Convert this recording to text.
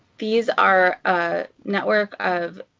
these are a network of